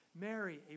Mary